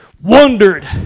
Wondered